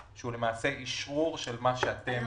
והוא למעשה אשרור של מה שאתם